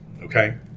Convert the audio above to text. Okay